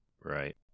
Right